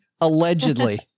allegedly